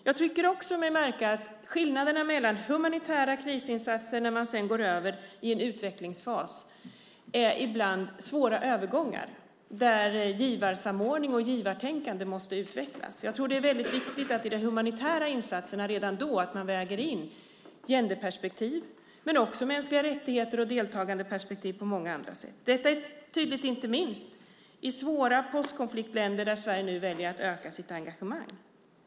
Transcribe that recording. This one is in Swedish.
Jag tycker mig också märka att det ofta är svåra övergångar från humanitära krisinsatser till en utvecklingsfas. Givarsamordning och givartänkande måste utvecklas. Det är viktigt att redan i de humanitära insatserna väga in både genderperspektiv, perspektivet mänskliga rättigheter och deltagandeperspektiv på många andra sätt. Detta är inte minst tydligt i svåra postkonfliktländer där Sverige nu väljer att öka sitt engagemang.